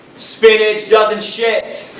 spinach doesn't shit!